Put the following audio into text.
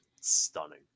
stunning